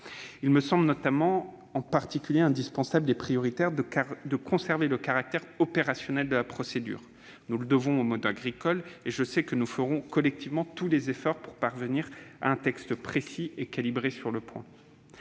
Il me semble en particulier indispensable et prioritaire de conserver le caractère opérationnel de la procédure. Nous le devons au monde agricole et je sais que nous ferons collectivement tous les efforts nécessaires pour parvenir à un texte précis et calibré sur ce point.